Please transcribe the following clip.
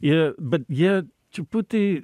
ir bet jie truputį